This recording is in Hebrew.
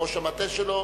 וראש המטה שלו.